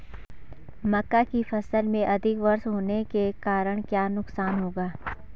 मक्का की फसल में अधिक वर्षा होने के कारण क्या नुकसान होगा?